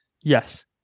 Yes